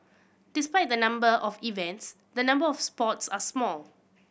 despite the number of events the number of sports are small